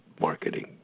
marketing